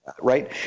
Right